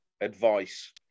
advice